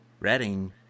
Reading